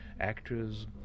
actors